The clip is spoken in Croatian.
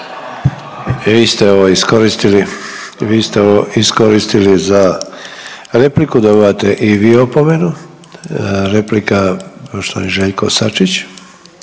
vi ste ovo iskoristili za repliku dobivate i vi opomenu. Replika poštovani Željko Sačić.